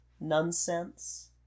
Nonsense